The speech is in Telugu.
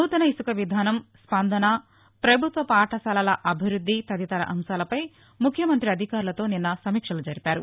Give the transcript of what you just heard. నూతన ఇసుక విధానం స్పందన భభుత్వ పాఠశాలల అభివృద్ధి తదితర అంశాలపై ముఖ్యమంత్రి అధికారులతో నిన్న సమీక్షలు జరిపారు